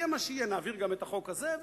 יהיה מה שיהיה, נעביר גם את החוק הזה.